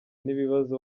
n’ibibazo